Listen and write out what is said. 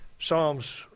Psalms